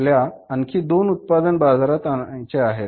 आपल्या आणखी दोन उत्पादन बाजारात आणायचे आहेत